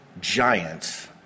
giants